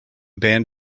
band